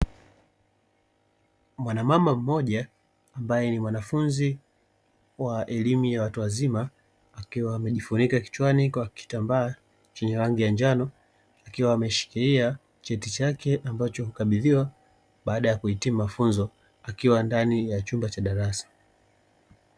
Mwanamama mmoja ambaye ni mwanafunzi wa elimu ya watu wazima, akiwa amejifunika kichwani kwa kitambaa chenye rangi ya njano, akiwa ameshikilia cheti chake ambacho amekabidhiwa baada ya kuhitimu mafunzo akiwa ndani ya chumba cha darasa.